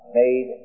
made